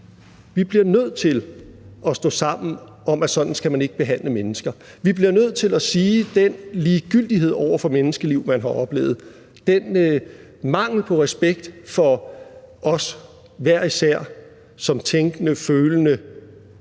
Vi bliver nødt til at stå sammen om, at sådan skal man ikke behandle mennesker. Vi bliver nødt til at sige: Den ligegyldighed over for menneskeliv, man har oplevet, den mangel på respekt for os hver især som tænkende, følende,